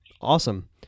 Awesome